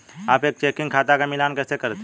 आप एक चेकिंग खाते का मिलान कैसे करते हैं?